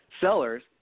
Sellers